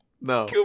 No